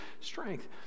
strength